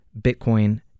Bitcoin